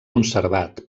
conservat